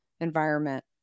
environment